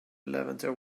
levanter